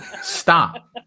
Stop